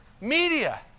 media